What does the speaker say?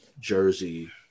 jersey